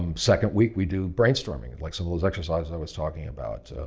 um second week we do brainstorming, and like some of those exercises i was talking about,